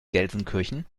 gelsenkirchen